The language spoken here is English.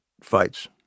fights